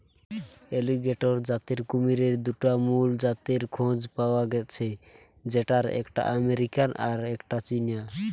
alligator জাতের কুমিরের দুটা মুল জাতের খোঁজ পায়া গ্যাছে যেটার একটা আমেরিকান আর একটা চীনা